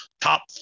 top